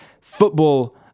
football